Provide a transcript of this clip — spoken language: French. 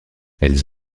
elles